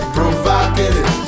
Provocative